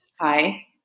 Hi